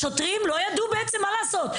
השוטרים בעצם לא ידעו מה לעשות.